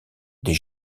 des